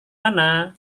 mana